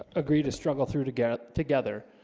agree to struggle through to get together.